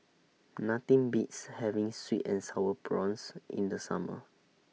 Nothing Beats having Sweet and Sour Prawns in The Summer